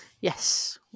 yes